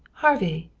harvey!